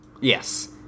Yes